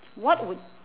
what would